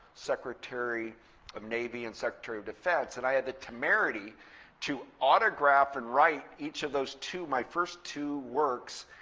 secretary of navy and secretary of defense. and i had the temerity to autograph and write each of those two, my first two works.